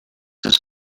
his